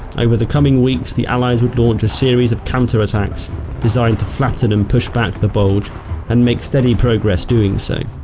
over the coming weeks the allies would launch a series of counter-attacks designed to flatten and push back the bulge and make steady progress doing so.